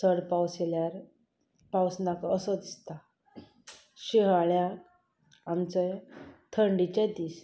चड पावस आयल्यार पावस नाका असो दिसता शिंयाळ्यांत आमचे थंडेचे दीस